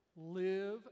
Live